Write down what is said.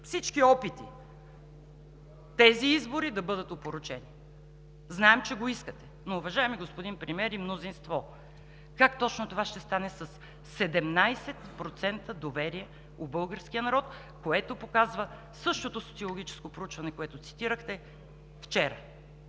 всички опити тези избори да бъдат опорочени. Знаем, че го искате. Но, уважаеми господин Премиер и мнозинство, как точно това ще стане със 17% доверие у българския народ, което показва същото социологическо проучване, което цитирахте вчера?!